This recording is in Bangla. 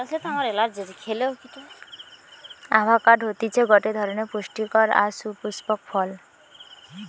আভাকাড হতিছে গটে ধরণের পুস্টিকর আর সুপুস্পক ফল